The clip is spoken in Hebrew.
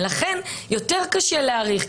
ולכן יותר קשה להאריך,